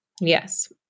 Yes